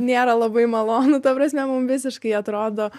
nėra labai malonu ta prasme mum visiškai atrodo